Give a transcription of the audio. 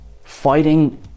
fighting